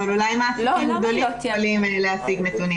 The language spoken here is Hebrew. אבל אולי מעסיקים גדולים יכולים להשיג נתונים.